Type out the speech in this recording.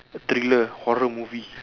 a thriller horror movie